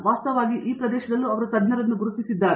ವಾಸ್ತವವಾಗಿ ಈ ಪ್ರದೇಶದಲ್ಲೂ ಅವರು ತಜ್ಞರನ್ನು ಗುರುತಿಸಿದ್ದಾರೆ